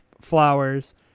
flowers